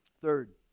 Third